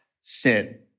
sin